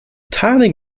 tiling